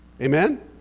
Amen